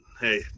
hey